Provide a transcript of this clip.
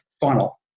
funnel